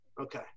Okay